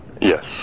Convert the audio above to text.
Yes